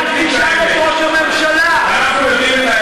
אתה יודע,